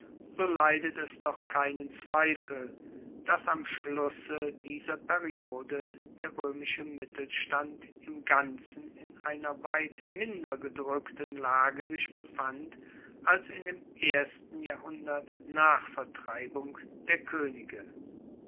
so leidet es doch keinen zweifel dass am schlusse dieser periode der roemische mittelstand im ganzen in einer weit minder gedrueckten lage sich befand als in dem ersten jahrhundert nach vertreibung der koenige